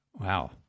Wow